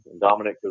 Dominic